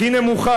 הכי נמוכה,